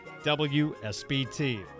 WSBT